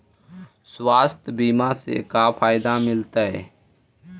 स्वास्थ्य बीमा से का फायदा मिलतै?